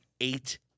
Eight